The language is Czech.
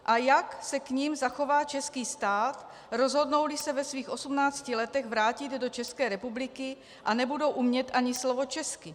A jak se k nim zachová český stát, rozhodnouli se ve svých 18 letech vrátit do České republiky a nebudou umět ani slovo česky?